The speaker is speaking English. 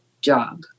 job